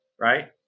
right